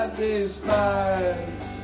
despise